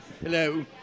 Hello